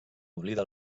oblida